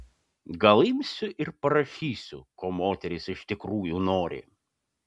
gal imsiu ir parašysiu ko moterys iš tikrųjų nori